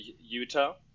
Utah